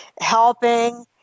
helping